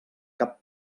cap